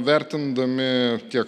vertindami tiek